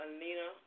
Alina